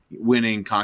winning